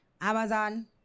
amazon